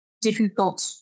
difficult